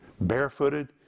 Barefooted